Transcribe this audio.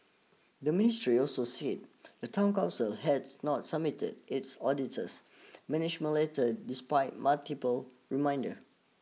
the ministry also said the town council has not submitted its auditor's management letter despite multiple reminders